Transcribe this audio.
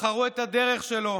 בחרו את הדרך שלו,